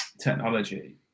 technology